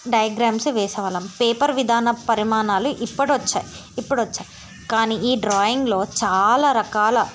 diagrams వేసే వాళ్ళం paper విధాన పరిమాణాలు ఇప్పుడు వచ్చాయి ఇప్పుడు వచ్చాయి కానీ ఈ డ్రాయింగ్లో చాలా రకాల